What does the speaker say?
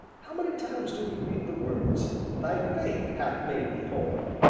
how many times do we read the words thy faith hath made thee whole?